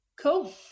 Cool